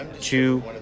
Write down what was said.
two